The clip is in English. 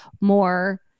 more